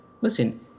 Listen